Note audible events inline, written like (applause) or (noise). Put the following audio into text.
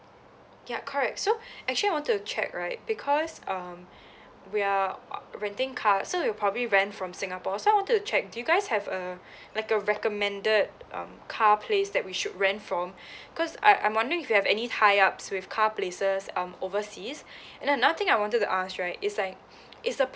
ya correct so (breath) actually I wanted to check right because um we are (noise) renting car so we'll probably rent from singapore so I wanted to check do you guys have a like a recommended um car place that we should rent from because I I'm wondering if you have any tied ups with car places um overseas and then another thing that I wanted to ask right is like is the